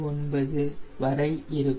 79 வரை இருக்கும்